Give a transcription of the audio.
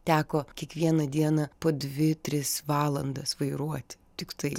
teko kiekvieną dieną po dvi tris valandas vairuoti tiktai